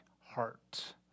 heart